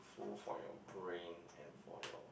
full for your brain and for your